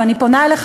ואני פונה אליך,